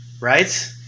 Right